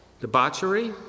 Debauchery